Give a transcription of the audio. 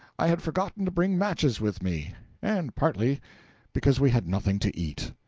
i had forgotten to bring matches with me and partly because we had nothing to eat.